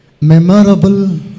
Memorable